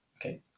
Okay